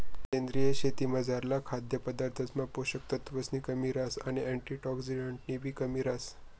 सेंद्रीय शेतीमझारला खाद्यपदार्थसमा पोषक तत्वसनी कमी रहास आणि अँटिऑक्सिडंट्सनीबी कमी रहास